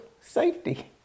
safety